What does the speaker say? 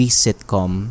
sitcom